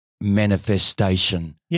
manifestation